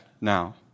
now